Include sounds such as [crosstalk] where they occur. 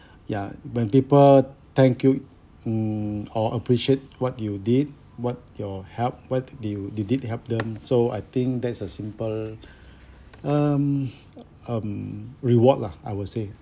[breath] ya when people thank you mm or appreciate what you did what your help what you did did help them so I think that's a simple [breath] um um reward lah I would say